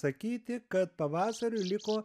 sakyti kad pavasariui liko